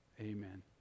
Amen